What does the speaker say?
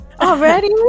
Already